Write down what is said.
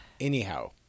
Anyhow